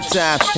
time